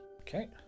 Okay